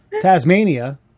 Tasmania